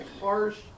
harsh